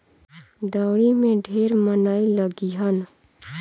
दँवरी में ढेर मनई लगिहन